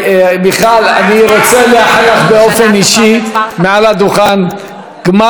אני רוצה לאחל לך באופן אישי מעל הדוכן גמר חתימה טובה.